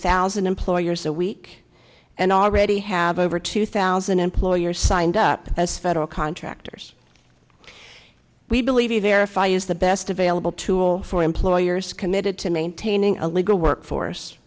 thousand employers a week and already have over two thousand employers signed up as federal contractors we believe you verify is the best available tool for employers committed to maintaining a legal workforce